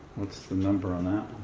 what's the number on that